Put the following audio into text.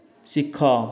ଶିଖ